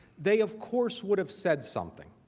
they of course, would have said something.